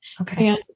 Okay